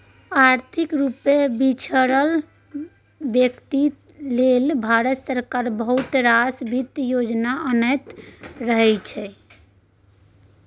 आर्थिक रुपे पिछरल बेकती लेल भारत सरकार बहुत रास बित्तीय योजना अनैत रहै छै